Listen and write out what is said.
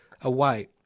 away